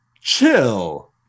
Chill